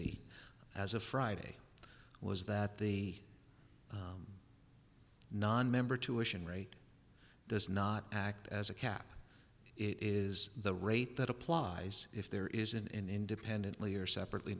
e as of friday was that the non member tuition rate does not act as a cap is the rate that applies if there is an independently or separately